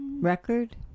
record